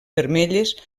vermelles